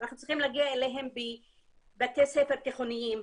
אנחנו צריכים להגיע אליהם גם בבתי הספר התיכוניים.